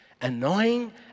annoying